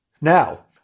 Now